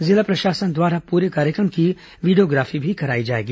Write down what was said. जिला प्रशासन द्वारा पूरे कार्यक्रम की वीडियोग्राफी भी कराई जाएगी